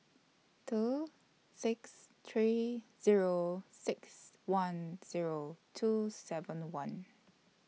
two six three Zero six one Zero two seven one